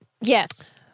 Yes